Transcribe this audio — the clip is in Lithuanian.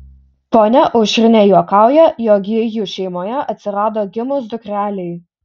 ponia aušrinė juokauja jog ji jų šeimoje atsirado gimus dukrelei